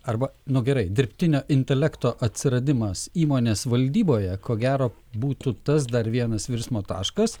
arba nu gerai dirbtinio intelekto atsiradimas įmonės valdyboje ko gero būtų tas dar vienas virsmo taškas